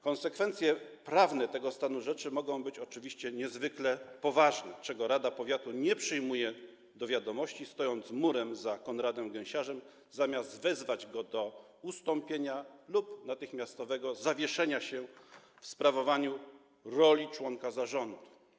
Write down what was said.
Konsekwencje prawne tego stanu rzeczy mogą być oczywiście niezwykle poważne, czego rada powiatu nie przyjmuje do wiadomości, stojąc murem za Konradem Gęsiarzem, zamiast wezwać go do ustąpienia lub natychmiastowego zawieszenia się w sprawowaniu funkcji członka zarządu.